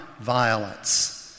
violence